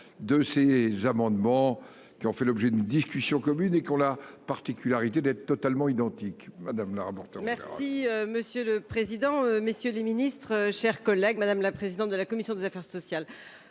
de ces amendements qui ont fait l'objet d'une discussion commune et qui ont la particularité d'être totalement identiques. Madame l'arbre. Merci monsieur le président. Messieurs les Ministres, chers collègues, madame la présidente de la commission des affaires sociales.